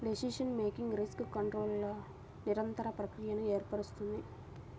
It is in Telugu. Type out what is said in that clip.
డెసిషన్ మేకింగ్ రిస్క్ కంట్రోల్ల నిరంతర ప్రక్రియను ఏర్పరుస్తుంది